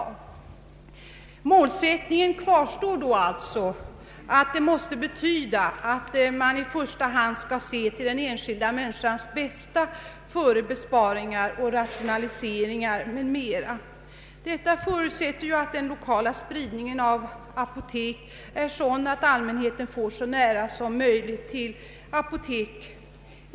Målsättningen kvarstår, att man måste i första hand se till den enskilda människans bästa, före besparingar, rationaliseringar m.m. Detta förutsätter att den lokala spridningen av apotek är sådan att allmänheten får så nära som möjligt till apotek.